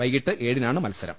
വൈകീട്ട് ഏഴിനാണ് മത്സരം